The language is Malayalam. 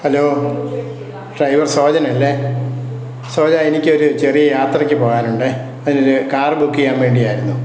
ഹലോ ഡ്രൈവർ സോജനല്ലേ സോജാ എനിക്കൊരു ചെറിയ യാത്രയ്ക്ക് പോകാനുണ്ടേ അതിനൊരു കാർ ബുക്കെയ്യാൻ വേണ്ടിയാരുന്നു